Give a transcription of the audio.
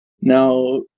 Now